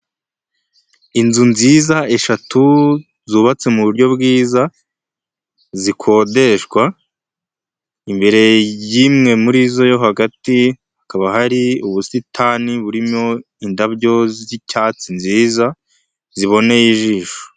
Inzu nziza eshatu zubatse mu buryo bwiza zikodeshwa, imbere y'imwe muri zo yo hagati, hakaba hari ubusitani burimo indabyo z'icyatsi nziza, ziboneye ijisho.